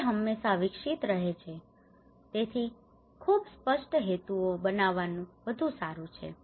તે હંમેશા વિકસિત રહે છે તેથી ખૂબ સ્પષ્ટ હેતુઓ બનાવવાનું વધુ સારું છે